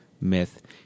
myth